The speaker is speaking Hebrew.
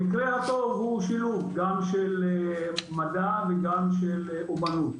במקרה הטוב הוא שילוב גם של מדע וגם של אומנות.